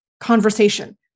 conversation